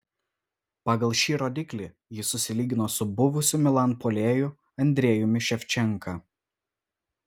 pagal šį rodiklį jis susilygino su buvusiu milan puolėju andrejumi ševčenka